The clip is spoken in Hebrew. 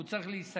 הוא צריך להיסגר.